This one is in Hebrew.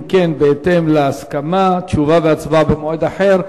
אם כן, בהתאם להסכמה, תשובה והצבעה במועד אחר.